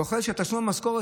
כולל תשלום המשכורת,